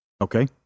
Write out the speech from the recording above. Okay